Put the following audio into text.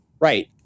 Right